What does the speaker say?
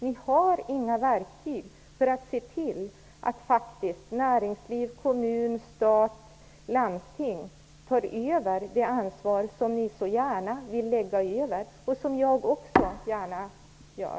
Ni har inga verktyg för att se till att näringsliv, kommuner, stat och landsting tar över det ansvar som ni så gärna vill lägga över, vilket också jag gärna gör.